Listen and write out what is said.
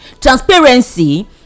transparency